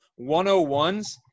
101s